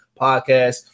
Podcast